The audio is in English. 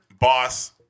Boss